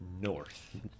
north